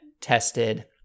tested